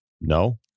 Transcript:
no